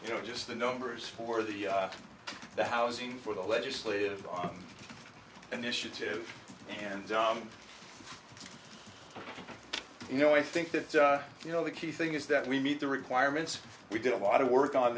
you know just the numbers for the the housing for the legislative initiatives and you know i think that you know the key thing is that we meet the requirements we did a lot of work on